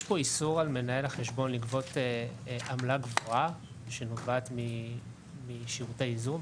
יש פה איסור על מנהל החשבון לגבות עמלה גבוהה שנובעת משירותי ייזום?